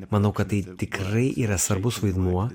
manau kad tai tikrai yra svarbus vaidmuo